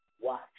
Watch